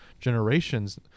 generations